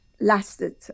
lasted